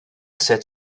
said